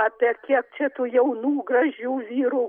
apie kiek čia tų jaunų gražių vyrų